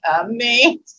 amazing